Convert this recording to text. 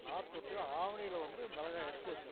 நாற்று விட்டு ஆவணியில் வந்து மிளகாய எடுத்து வெச்சுடணும்